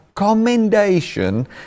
commendation